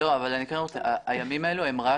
הימים האלה,